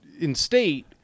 in-state